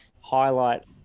highlight